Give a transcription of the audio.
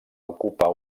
ocupar